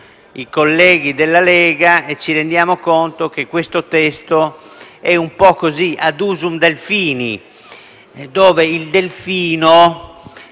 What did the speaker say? Grazie